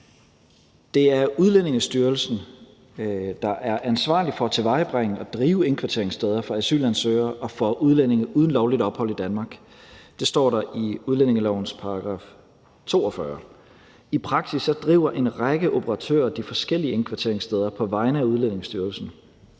Det er Udlændingestyrelsen, der er ansvarlig for at tilvejebringe og drive indkvarteringssteder for asylansøgere og for udlændinge uden lovligt ophold i Danmark. Det står der i udlændingelovens § 42. I praksis driver en række operatører de forskellige indkvarteringssteder på vegne af Udlændingestyrelsen.